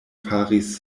faris